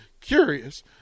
Curious